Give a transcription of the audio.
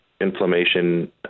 inflammation